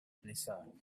blizzard